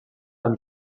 amb